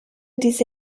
diese